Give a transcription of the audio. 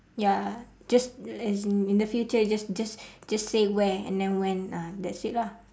ya just as in the future just just just say where and then when ah that's it lah